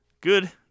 Good